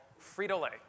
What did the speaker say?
Frito-Lay